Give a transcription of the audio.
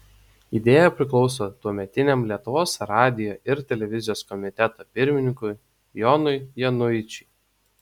idėja priklauso tuometiniam lietuvos radijo ir televizijos komiteto pirmininkui jonui januičiui